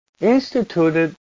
instituted